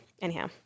anyhow